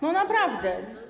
No, naprawdę.